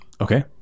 Okay